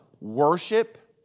worship